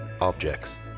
objects